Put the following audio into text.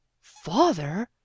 father